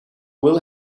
will